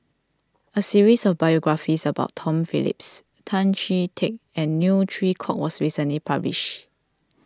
a series of biographies about Tom Phillips Tan Chee Teck and Neo Chwee Kok was recently published